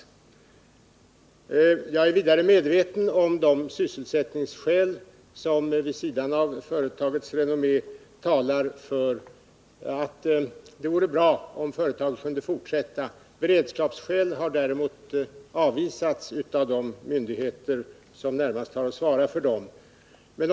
Vidare är jag medveten om de sysselsättningsskäl som vid sidan om företagets renommé talar för att det vore bra om företaget kunde fortsätta. Resonemanget om beredskapsskäl har däremot avvisats av de myndigheter som närmast har att svara för denna sak.